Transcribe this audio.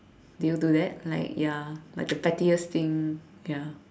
do you do that like ya like the pettiest thing ya